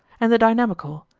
and the dynamical,